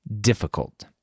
difficult